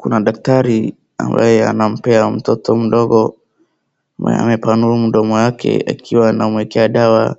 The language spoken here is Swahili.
Kuna daktari ambaye anampea mtoto mdogo mwenye amepanua mdomo yake akiwa anamuekea dawa